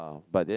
ah but then